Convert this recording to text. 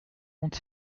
ont